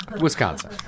Wisconsin